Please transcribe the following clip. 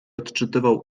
odczytywał